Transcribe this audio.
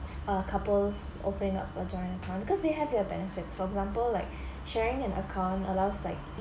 uh couples opening up a joint account because they have their benefits for example like sharing an account allows like